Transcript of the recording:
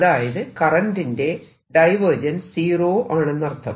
അതായത് കറന്റിന്റെ divergence zero ആണെന്നർത്ഥം